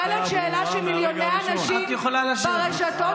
אני שואלת שאלה שמיליוני אנשים ברשתות,